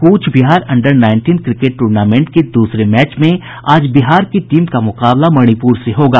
कूच Behar under nineteen cricket tournament के दूसरे match में आज बिहार की टीम का मुकाबला मणिपुर से होगा